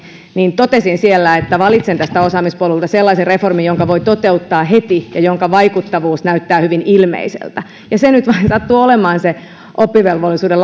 niin totesin siellä että valitsen tältä osaamispolulta sellaisen reformin jonka voi toteuttaa heti ja jonka vaikuttavuus näyttää hyvin ilmeiseltä ja se nyt vain sattui olemaan se oppivelvollisuuden